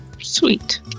Sweet